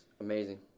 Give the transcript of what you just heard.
Amazing